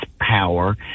power